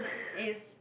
it's